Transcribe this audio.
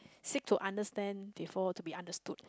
seek to understand before to be understood